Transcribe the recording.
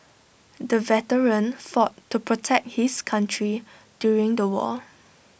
the veteran fought to protect his country during the war